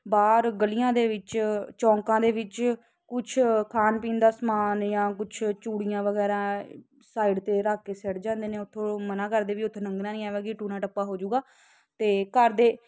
ਬਾਹਰ ਗਲੀਆਂ ਦੇ ਵਿੱਚ ਚੌਂਕਾਂ ਦੇ ਵਿੱਚ ਕੁਛ ਖਾਣ ਪੀਣ ਦਾ ਸਮਾਨ ਜਾਂ ਕੁਛ ਚੂੜੀਆਂ ਵਗੈਰਾ ਸਾਈਡ 'ਤੇ ਰੱਖ ਕੇ ਸਿੱਟ ਜਾਂਦੇ ਨੇ ਉੱਥੋਂ ਮਨਾ ਕਰਦੇ ਵੀ ਉੱਥੋਂ ਲੰਘਣਾ ਨਹੀਂ ਐਵੇਂ ਕੀ ਟੂਣਾ ਟੱਪਾ ਹੋ ਜਾਵੇਗਾ ਅਤੇ ਘਰ ਦੇ